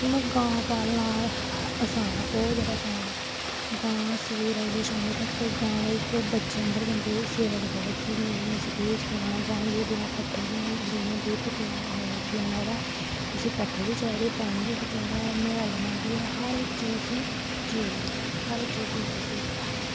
हून गां पालना आसान ऐ बौह्त जैदा आसान ऐ गां सवैरे कोला दा लेइयै शामीं तक्कर गां दी बच्चे आंह्गर सेवा करी सकदा कि नेईं में एह् खलाना गां गी एह् देना गां गी पट्ठे देने दुद्ध लैना ओह्दा उस्सी पट्ठे बी चाहिदे पानी बी चाहिदा नोहालना बी ऐ हर इक चीज उस्सी जरूरी ऐ हर इक चीज जरूरी ऐ उस्सी